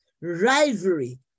rivalry